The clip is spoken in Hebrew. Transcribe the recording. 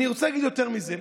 אני רוצה להגיד יותר מזה.